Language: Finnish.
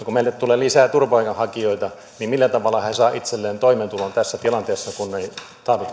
kun meille tulee lisää turvapaikanhakijoita niin millä tavalla he saavat itselleen toimeentulon tässä tilanteessa kun ei tahdo